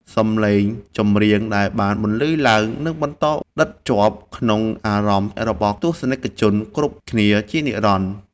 សម្លេងចម្រៀងដែលបានបន្លឺឡើងនឹងបន្តដិតជាប់ក្នុងអារម្មណ៍របស់ទស្សនិកជនគ្រប់គ្នាជានិរន្តរ៍។